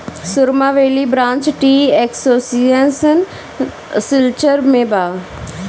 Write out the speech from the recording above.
सुरमा valley branch tea association Silchar में बा